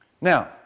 Now